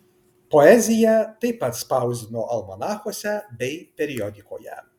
poeziją taip pat spausdino almanachuose bei periodikoje